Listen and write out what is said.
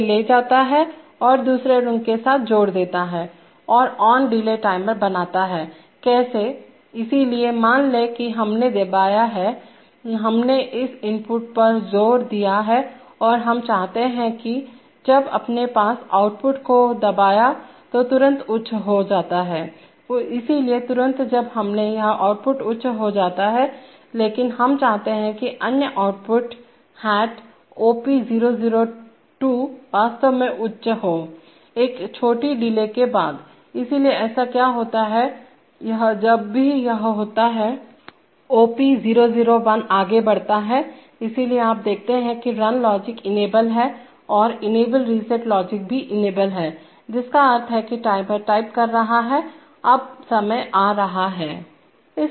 इसे ले जाता है और इसे दूसरे रग के साथ जोड़ देता है और ON डिले टाइमर बनाता है कैसे इसलिए मान लें कि हमने दबाया है हमने इस इनपुट पर ज़ोर दिया है और हम चाहते हैं कि जब आपने इस आउटपुट को दबाया तो तुरंत उच्च हो जाता है इसलिए तुरंत जब हमने यह आउटपुट उच्च हो जाता है लेकिन हम चाहते हैं कि अन्य आउटपुट हैट OP002 वास्तव में उच्च हो एक छोटी डिले के बाद इसलिए ऐसा क्या होता है यह जब भी यह होता है OP001 आगे बढ़ता है इसलिए आप देखते हैं कि रन लॉजिक इनेबल है और इनेबल रीसेट लॉजिक भी इनेबल है जिसका अर्थ है कि टाइमर टाइप कर रहा है अब समय आ रहा है